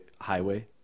highway